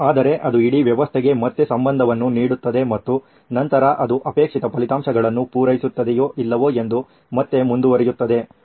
ಆದರೆ ಅದು ಇಡೀ ವ್ಯವಸ್ಥೆಗೆ ಮತ್ತೆ ಸಂಬಂಧವನ್ನು ನೀಡುತ್ತದೆ ಮತ್ತು ನಂತರ ಅದು ಅಪೇಕ್ಷಿತ ಫಲಿತಾಂಶಗಳನ್ನು ಪೂರೈಸುತ್ತದೆಯೋ ಇಲ್ಲವೋ ಎಂದು ಮತ್ತೆ ಮುಂದುವರಿಯುತ್ತದೆ